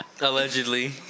Allegedly